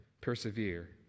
persevere